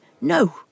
no